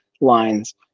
lines